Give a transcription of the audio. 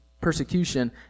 persecution